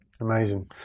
Amazing